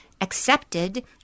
accepted